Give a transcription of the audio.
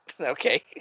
Okay